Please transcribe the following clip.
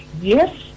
yes